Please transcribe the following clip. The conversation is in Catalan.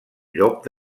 llop